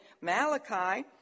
Malachi